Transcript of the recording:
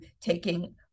taking